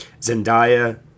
zendaya